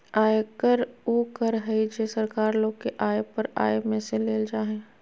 आयकर उ कर हइ जे सरकार लोग के आय पर आय में से लेल जा हइ